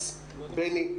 ביבס